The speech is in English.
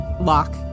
lock